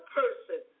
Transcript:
person